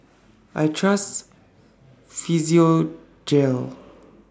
I Trust Physiogel